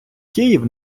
київ